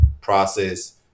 process